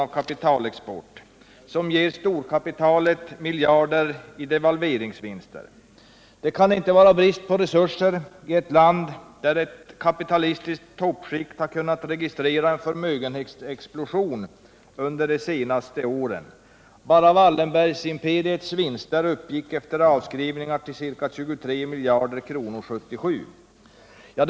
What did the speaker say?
Det kan inte vara brist på resurser i ett land som ger storkapitalet miljarder i devalveringsvinster. Det kan inte vara brist på resurser i ett land där ett kapitalistiskt toppskikt har kunnat registrera en förmögenhetsexplosion under de senaste åren. Bara Wallenbergimperiets vinster uppgick efter avskrivningar till ca 23 miljarder kronor 1977.